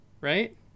Right